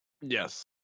yes